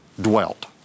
dwelt